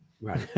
Right